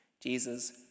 Jesus